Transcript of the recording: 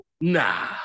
nah